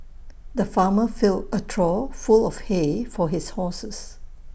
the farmer filled A trough full of hay for his horses